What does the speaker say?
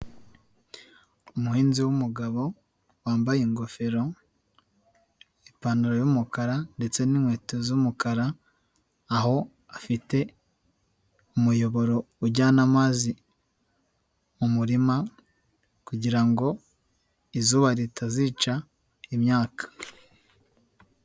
Umuhinzi w'umugabo, wambaye ingofero, ipantaro y'umukara ndetse n'inkweto z'umukara, aho afite umuyoboro ujyana amazi mu murima, kugira ngo izuba ritazica imyaka.